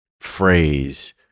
phrase